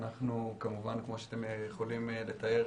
אנחנו כמובן כמו שאתם יכולים לתאר,